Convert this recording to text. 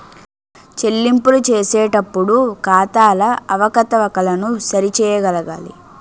చెల్లింపులు చేసేటప్పుడు ఖాతాల అవకతవకలను సరి చేయగలగాలి